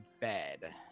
bed